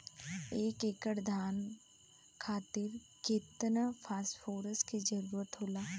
एक एकड़ धान खातीर केतना फास्फोरस के जरूरी होला?